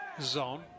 zone